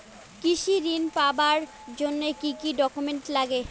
কৃষি ঋণ পাবার জন্যে কি কি ডকুমেন্ট নাগে?